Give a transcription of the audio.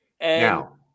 Now